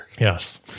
Yes